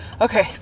okay